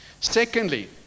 Secondly